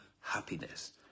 Happiness